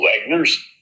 Wagner's